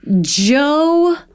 joe